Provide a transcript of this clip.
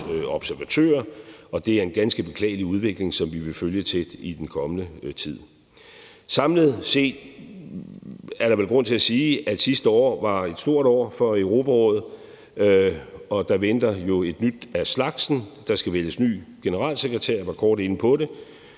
og det er en ganske beklagelig udvikling, som vi vil følge tæt i den kommende tid. Samlet set er der vel grund til at sige, at sidste år var et stort år for Europarådet, og at der jo venter et nyt af slagsen. Der skal vælges en ny generalsekretær – jeg var kort inde på det